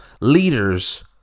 leaders